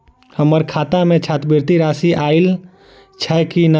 हम्मर खाता मे छात्रवृति राशि आइल छैय की नै?